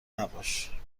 نباش